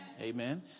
Amen